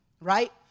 right